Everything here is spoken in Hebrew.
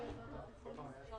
הצבעה בעד, רוב נגד, 4 נמנעים,